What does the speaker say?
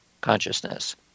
consciousness